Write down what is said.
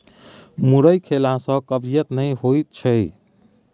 मुरइ खेला सँ कब्जियत नहि होएत छै